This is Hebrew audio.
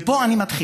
מפה אני מתחיל.